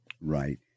Right